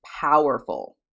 powerful